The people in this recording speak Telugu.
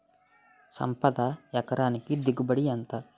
సంపద ఎకరానికి దిగుబడి ఎంత?